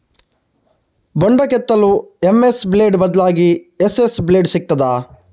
ಬೊಂಡ ಕೆತ್ತಲು MS blade ಬದ್ಲಾಗಿ ಎಸ್.ಎಸ್ ಬ್ಲೇಡ್ ಸಿಕ್ತಾದ?